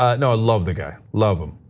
ah no, i love the guy, love him.